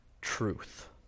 truth